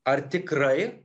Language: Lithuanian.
ar tikrai